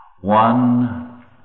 One